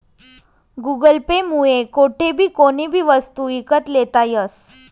Google Pay मुये कोठेबी कोणीबी वस्तू ईकत लेता यस